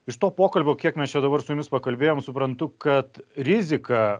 iš to pokalbio kiek mes čia dabar su jumis pakalbėjom suprantu kad rizika